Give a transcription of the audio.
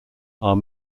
are